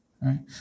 right